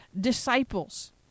disciples